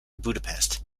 budapest